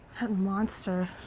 monster.